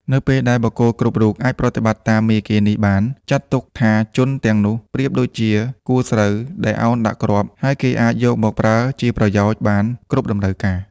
នៅពេល ដែលបុគ្គលគ្រប់រូបអាចប្រតិបត្តិតាមមាគ៌ានេះបាន ចាត់ទុកថាជន ទាំងនោះប្រៀបដូចជាគួរស្រូវដែលឱនដាក់គ្រាប់ ហើយគេអាចយកមកប្រើជាប្រយោជន៍បាន គ្រប់តម្រូវការ។